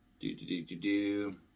do-do-do-do-do